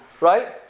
right